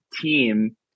team